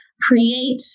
create